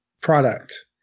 product